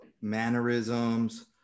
mannerisms